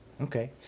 Okay